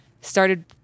started